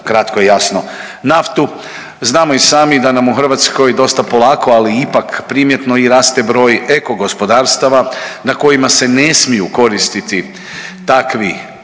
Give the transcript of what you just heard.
naftu. Znamo i sami da nam u Hrvatskoj dosta polako, ali ipak primjetno i raste broj eco gospodarstava na kojima se ne smiju koristiti takvi